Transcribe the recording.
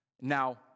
Now